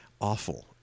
awful